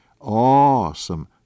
awesome